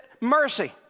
Mercy